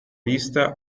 vista